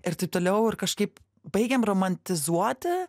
ir taip toliau ir kažkaip baigiam romantizuoti